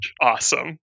Awesome